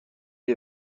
est